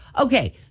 Okay